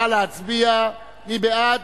נא להצביע, מי בעד?